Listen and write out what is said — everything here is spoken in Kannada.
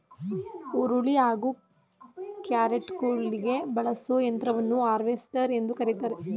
ಹುರುಳಿ ಹಾಗೂ ಕ್ಯಾರೆಟ್ಕುಯ್ಲಿಗೆ ಬಳಸೋ ಯಂತ್ರವನ್ನು ಹಾರ್ವೆಸ್ಟರ್ ಎಂದು ಕರಿತಾರೆ